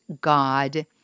God